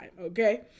Okay